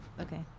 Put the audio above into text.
Okay